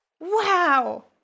Wow